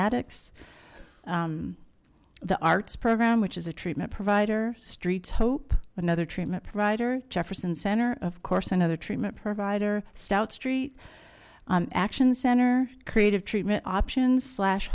addicts the arts program which is a treatment provider streets hope another treatment writer jefferson center of course another treatment provider stout street action center creative treatment options slash